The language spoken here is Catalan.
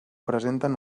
presenten